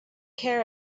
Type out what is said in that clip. care